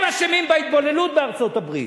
הם אשמים בהתבוללות בארצות-הברית.